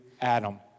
Adam